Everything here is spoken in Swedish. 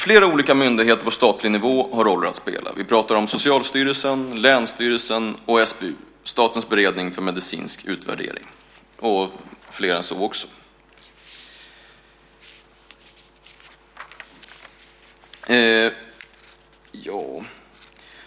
Flera olika myndigheter på statlig nivå har roller att spela. Vi pratar om Socialstyrelsen, länsstyrelsen och SBU, Statens beredning för medicinsk utvärdering, och fler än så.